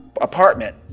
apartment